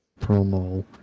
promo